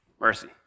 Mercy